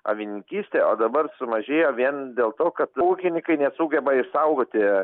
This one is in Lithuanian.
avininkyste o dabar sumažėjo vien dėl to kad ūkininkai nesugeba išsaugoti